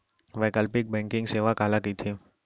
वैकल्पिक बैंकिंग सेवा काला कहिथे?